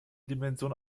dimension